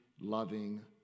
loving